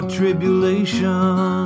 tribulation